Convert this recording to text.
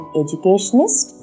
educationist